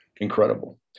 Incredible